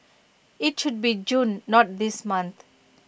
IT should be June not this month